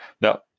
no